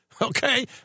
Okay